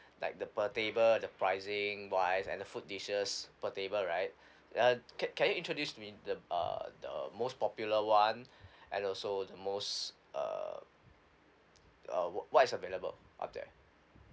like the per table the pricing wise and the food dishes per table right uh can can you introduce me the uh the most popular one and also the most err uh wha~ what is available up there